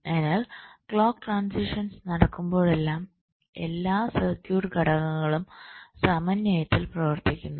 അതിനാൽ clock transitions നടക്കുമ്പോഴെല്ലാം എല്ലാ സർക്യൂട്ട് ഘടകങ്ങളും സമന്വയത്തിൽ പ്രവർത്തിക്കുന്നു